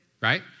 right